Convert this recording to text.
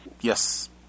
Yes